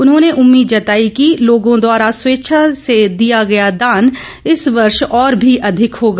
उन्होंने उम्मीद जताई की लोगों द्वारा स्वेच्छा से दिया गया दान इस वर्ष और भी अधिक होगा